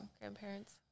Grandparents